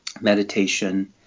meditation